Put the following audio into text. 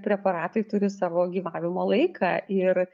preparatai turi savo gyvavimo laiką ir